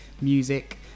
Music